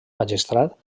magistrat